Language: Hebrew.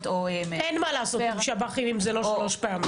או --- אין מה לעשות עם שוהים בלתי חוקיים אם זה לא שלוש פעמים.